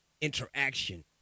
interaction